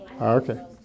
Okay